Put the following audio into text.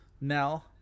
now